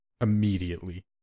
immediately